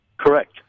Correct